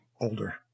Older